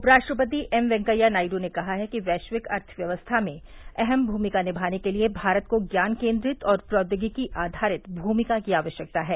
उप राष्ट्रपति एम वेंकैया नायडू ने कहा कि वैश्विक अर्थव्यवस्था में अहम भूमिका निभाने के लिए भारत को ज्ञान केन्द्रित और प्रौद्योगिकी आधारित भूमिका की आवश्कयता है